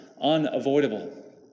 unavoidable